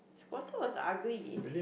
Squirtle was ugly